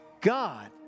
God